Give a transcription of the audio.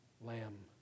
Lamb